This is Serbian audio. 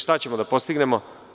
Šta ćemo da postignemo?